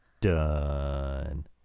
done